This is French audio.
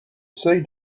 seuil